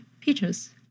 peaches